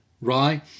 right